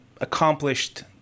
accomplished